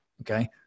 Okay